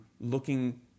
looking